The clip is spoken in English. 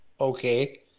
Okay